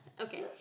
Okay